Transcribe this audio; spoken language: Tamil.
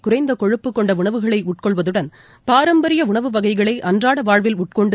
குறைந்தகொழுப்பு கொண்டஉணவுகளைஉட்கொள்வதுடன் பாரம்பரியஉணவு வகைகளைஅன்றாடவாழ்வில் உட்கொண்டு